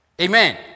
Amen